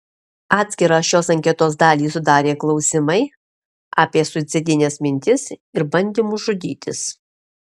atskirą šios anketos dalį sudarė klausimai apie suicidines mintis ir bandymus žudytis